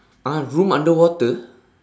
!huh! room underwater